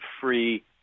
free